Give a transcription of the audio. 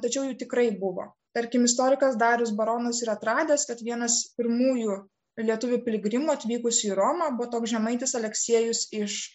tačiau jų tikrai buvo tarkim istorikas darius baronas yra atradęs kad vienas pirmųjų lietuvių piligrimų atvykusių į romą buvo toks žemaitis aleksiejus iš